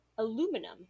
Aluminum